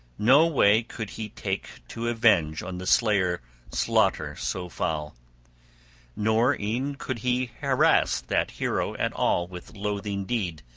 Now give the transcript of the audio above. no way could he take to avenge on the slayer slaughter so foul nor e'en could he harass that hero at all with loathing deed,